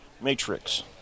matrix